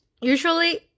usually